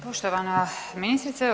Poštovana ministrice.